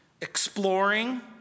Exploring